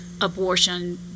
abortion